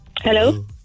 hello